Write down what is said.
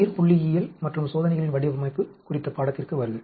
உயிர்புள்ளியியல் மற்றும் சோதனைகளின் வடிவமைப்பு குறித்த பாடத்திற்கு வருக